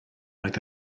oedd